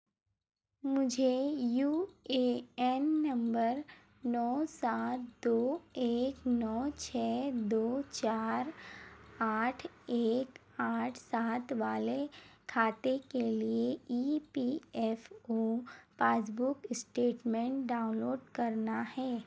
मुझे U A N नम्बर नौ सात दो एक नौ छः दो चार आठ एक आठ सात वाले खाते के लिए E P F O passbook statement download करना है